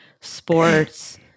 sports